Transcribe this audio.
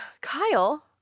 Kyle